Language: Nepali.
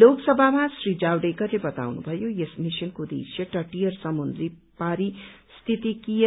लोकसभामा श्री जावड़ेकरले बताउनु भयो यस मिशनको उद्देश्य तटीय र समुद्री पारिस्थितिकीय